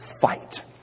fight